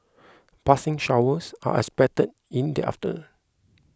passing showers are expected in the after